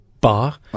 bar